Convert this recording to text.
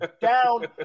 down